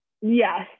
Yes